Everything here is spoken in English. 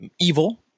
evil